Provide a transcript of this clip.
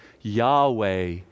Yahweh